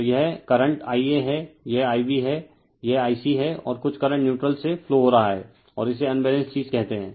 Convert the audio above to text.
तो यह current Ia है यह Ib है यह Ic है और कुछ करंट न्यूट्रल से फ्लो हो रहा है और इसे ही अनबैलेंस्ड चीज कहते हैं